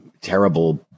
terrible